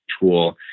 tool